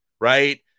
right